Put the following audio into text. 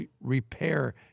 repair